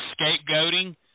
scapegoating